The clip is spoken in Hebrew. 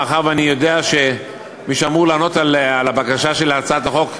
מאחר שאני יודע שמי שאמור לענות על הבקשה של הצעת החוק,